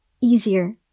easier